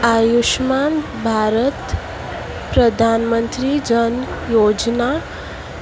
आयुश्मान भारत प्रधानमंत्री जन योजना